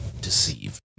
deceive